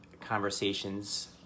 conversations